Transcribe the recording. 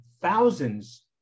thousands